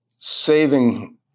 saving